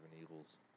Eagles